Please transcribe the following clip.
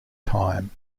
time